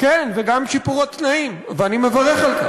כן, וגם שיפור התנאים, ואני מברך על כך.